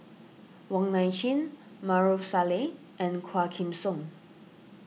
Wong Nai Chin Maarof Salleh and Quah Kim Song